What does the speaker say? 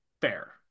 fair